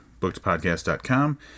BookedPodcast.com